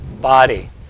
body